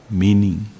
meaning